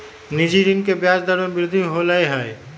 निजी ऋण के ब्याज दर में वृद्धि होलय है